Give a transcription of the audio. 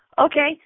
Okay